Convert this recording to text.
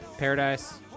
Paradise